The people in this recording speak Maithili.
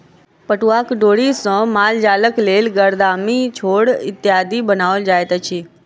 पटुआक डोरी सॅ मालजालक लेल गरदामी, छोड़ इत्यादि बनाओल जाइत अछि